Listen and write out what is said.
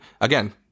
again